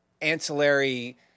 ancillary